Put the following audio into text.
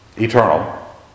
Eternal